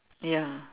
ya